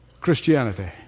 Christianity